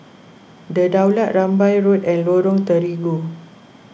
the Daulat Rambai Road and Lorong Terigu